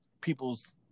people's